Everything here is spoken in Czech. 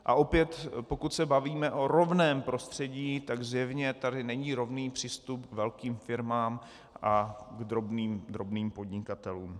A opět, pokud se bavíme o rovném prostředí, tak zjevně tady není rovný přístup k velkým firmám a k drobným podnikatelům.